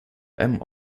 beim